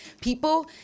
people